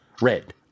Red